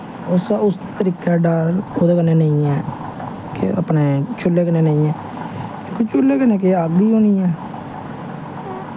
उस तरीके दा डर ओह्दे कन्नै नेंई ऐ कि अपने चूह्ले कन्नै नेईं ऐ लेकिन चूह्ले कन्नै केह् अग्ग ई होनी ऐं